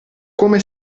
come